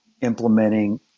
implementing